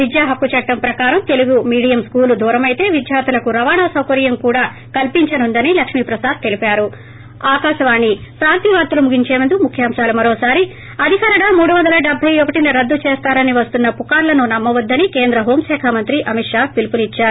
విద్యా హక్కు చట్టం ప్రకారం తెలుగు మీడియం స్కూల్ దూరమైతే విద్యార్థులకు రవాణా సౌకర్యం కూడా కల్సించనుందని లక్ష్మి ప్రసాద్ తెలిపారు